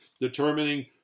determining